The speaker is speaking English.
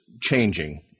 changing